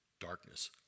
darkness